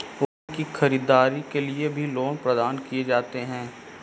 वाहनों की खरीददारी के लिये भी लोन प्रदान किये जाते हैं